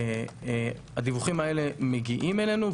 הדיווחים האלה מגיעים אלינו,